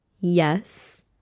yes